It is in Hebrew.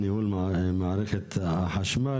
ניהול מערכת החשמל.